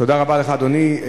תודה רבה לך, אדוני.